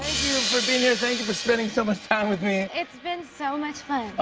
for being here. thank you for spending so much time with me. it's been so much fun.